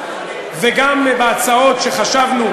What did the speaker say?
וגם בהצעות שחשבנו,